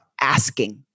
asking